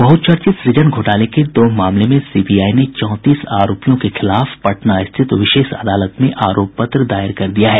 बहुचर्चित सृजन घोटाले के दो मामले में सीबीआई ने चौंतीस आरोपियों के खिलाफ पटना स्थित विशेष अदालत में आरोप पत्र दायर कर दिया है